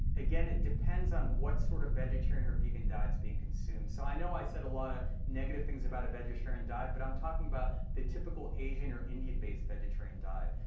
again, it depends on what sort of vegetarian or vegan diet is being consumed. so i know i said a lot of negative things about a vegetarian diet, but i'm talking about the typical asian asian or indian-based vegetarian diet.